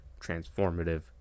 transformative